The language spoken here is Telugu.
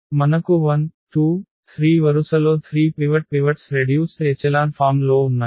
మనకు 1 2 3 వరుసలో 3 పివట్స్ రెడ్యూస్డ్ ఎచెలాన్ ఫామ్ లో ఉన్నాయి